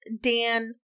Dan